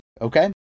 okay